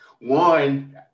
One